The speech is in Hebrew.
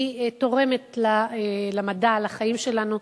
היא תורמת למדע, לחיים שלנו,